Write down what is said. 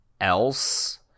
else